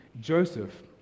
Joseph